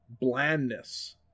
blandness